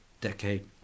decade